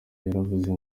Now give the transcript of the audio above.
yaravuze